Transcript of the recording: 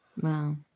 Wow